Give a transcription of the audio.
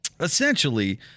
essentially